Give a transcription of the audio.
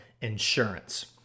insurance